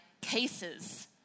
cases